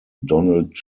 donald